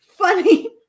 Funny